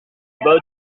bas